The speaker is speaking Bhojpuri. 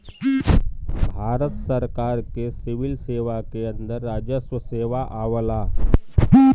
भारत सरकार के सिविल सेवा के अंदर राजस्व सेवा आवला